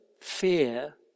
fear